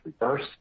reverse